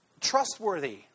trustworthy